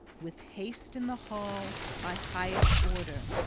with haste in the hall, by highest order,